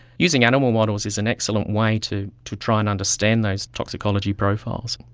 using animal models is an excellent way to to try and understand those toxicology profiles,